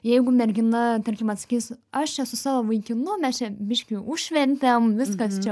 jeigu mergina tarkim atsakys aš čia su savo vaikinu mes čia biškį užšventėm viskas čia